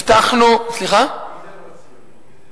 הבטחנו, מי זה לא ציוני?